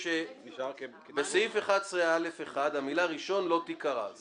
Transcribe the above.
בסעיף 11א(1) המילה "ראשון" לא תיקרא.